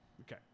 Okay